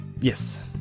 Yes